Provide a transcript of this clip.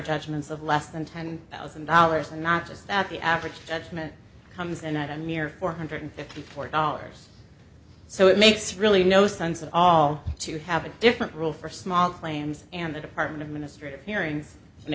judgments of less than ten thousand dollars and not just that the average judgement comes and i mirror four hundred fifty four dollars so it makes really no sense at all to have a different rule for small claims and the department of ministry of hearing